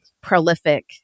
prolific